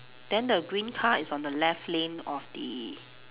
then the green car is on the left lane of the